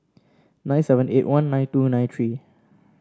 nine seven eight one nine two nine three